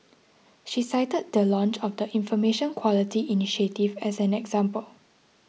she cited the launch of the Information Quality initiative as an example